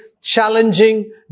challenging